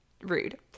rude